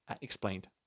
explained